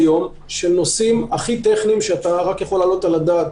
יום של נושאים הכי טכניים שאתה יכול להעלות על הדעת